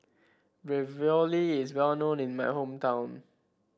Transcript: ravioli is well known in my hometown